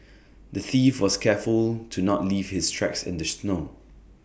the thief was careful to not leave his tracks in the snow